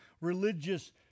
religious